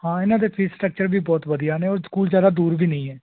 ਹਾਂ ਇਹਨਾਂ ਦੇ ਫ਼ੀਸ ਸਟਕਚਰ ਵੀ ਬਹੁਤ ਵਧੀਆ ਨੇ ਉਹ ਸਕੂਲ ਜ਼ਿਆਦਾ ਦੂਰ ਵੀ ਨਹੀਂ ਹੈ